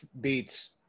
beats